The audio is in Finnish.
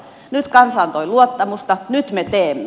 nyt kansa antoi luottamusta nyt me teemme